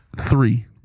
three